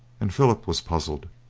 and philip was puzzled.